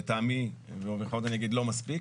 לטעמי לא מספיק.